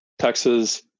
Texas